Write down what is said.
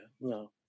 No